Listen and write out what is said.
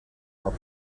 are